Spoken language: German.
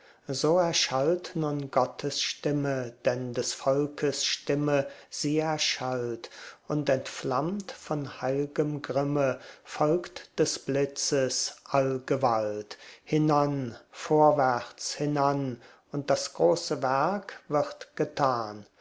so erschallt nun gottes stimme denn des volkes stimme sie erschallt und entflammt von heil'gem grimme folgt des blitzes allgewalt hinan vorwärts hinan und das große werk wird getan